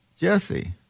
Jesse